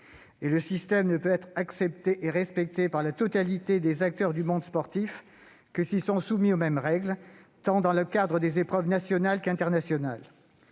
Le système ne peut être accepté et respecté par la totalité des acteurs du monde sportif que si chacun est soumis aux mêmes règles, tant dans le cadre des épreuves nationales que dans